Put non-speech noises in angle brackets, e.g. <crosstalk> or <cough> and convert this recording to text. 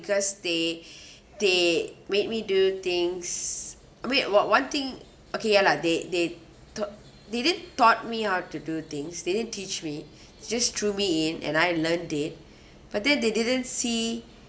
because they <breath> they made me do things wait about one thing okay ya lah they they taught they didn't taught me how to do things they didn't teach me <breath> they just threw me in and I learned it <breath> but then they didn't see